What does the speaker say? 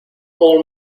all